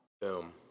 Boom